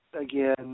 again